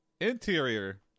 Interior